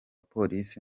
polisi